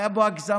היו בו הגזמות?